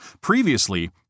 Previously